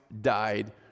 died